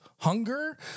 Hunger